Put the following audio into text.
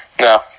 No